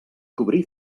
cobrir